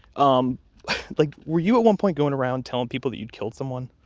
um like were you at one point going around telling people that you'd killed someone?